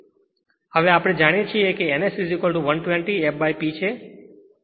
હવે આપણે જાણીએ છીએ કે n S120 fP છે